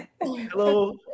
Hello